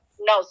No